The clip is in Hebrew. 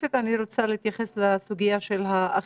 ספציפית אני רוצה להתייחס לסוגיית האכיפה.